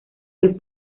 del